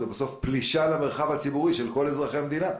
זה בסוף פלישה למרחב הציבורי של כל אזרחי המדינה.